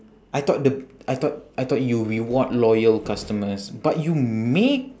I thought the I thought I thought you reward loyal customers but you make